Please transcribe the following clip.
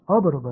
अ बरोबर